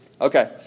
Okay